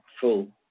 full